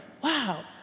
wow